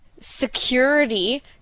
security